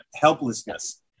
helplessness